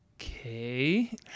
okay